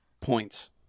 points